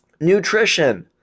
Nutrition